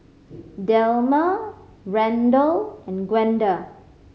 Delmer Randel and Gwenda